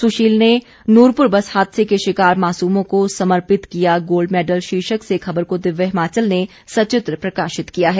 सुशील ने नूरपुर बस हादसे के शिकार मासूमों को समर्पित किया गोल्ड मैडल शीर्षक से खबर को दिव्य हिमाचल ने सचित्र प्रकाशित किया है